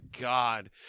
God